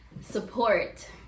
support